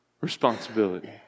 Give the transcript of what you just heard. responsibility